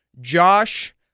Josh